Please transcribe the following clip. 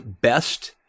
best